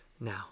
now